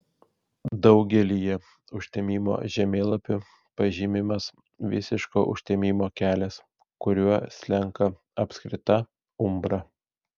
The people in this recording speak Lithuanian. daugelyje užtemimo žemėlapių pažymimas visiško užtemimo kelias kuriuo slenka apskrita umbra